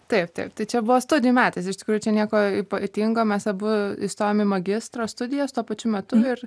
taip taip tai čia buvo studijų metais iš tikrųjų čia nieko ypatingo mes abu įstojom į magistro studijas tuo pačiu metu ir